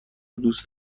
دوست